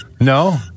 no